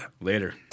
later